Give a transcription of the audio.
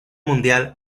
mundial